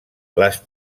les